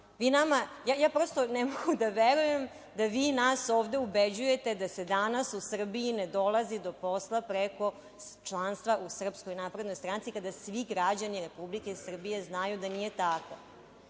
prosto ne mogu da verujem da vi nas ovde ubeđujete da se danas u Srbiji ne dolazi do posla preko članstva u Srpskoj naprednoj stranci, kada svi građani Republike Srbije znaju da nije tako. To